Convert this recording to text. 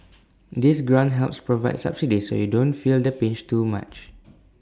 this grant helps provide subsidies so you don't feel the pinch too much